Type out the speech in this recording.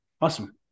Awesome